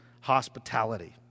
Hospitality